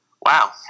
Wow